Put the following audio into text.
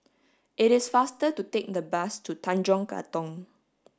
it is faster to take the bus to Tanjong Katong